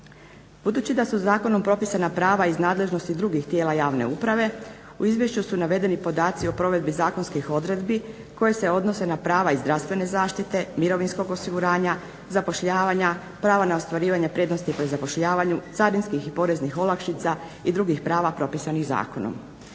Budući da su zakonom propisana prava iz nadležnosti drugih tijela javne uprave u izvješću su navedeni podaci o provedbi zakonskih odredbi koje se odnose na prava iz zdravstvene zaštite, mirovinskog osiguranja, zapošljavanja, prava na ostvarivanje prednosti pri zapošljavanju, carinskih i poreznih olakšica i drugih prava propisanih zakonom.